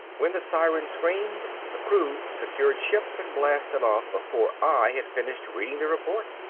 when the sirens screamed, the crew secured ship and blasted off before i had finished reading the report.